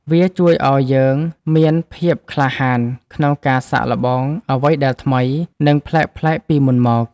វាជួយឱ្យយើងមានភាពក្លាហានក្នុងការសាកល្បងអ្វីដែលថ្មី និងប្លែកៗពីមុនមក។